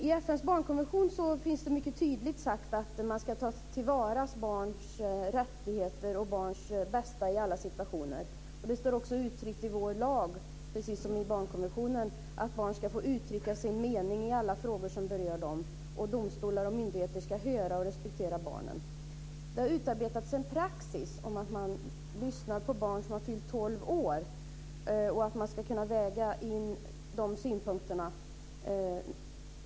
I FN:s barnkonvention sägs det mycket tydligt att man ska ta till vara barns rättigheter och barns bästa i alla situationer. Det står också uttryckt i vår lag, precis som i barnkonventionen, att barn ska få uttrycka sin mening i alla frågor som berör dem och att domstolar och myndigheter ska höra och respektera barnen. Det har utarbetats en praxis om att man lyssnar på barn som har fyllt tolv år och att man ska kunna väga in deras synpunkter.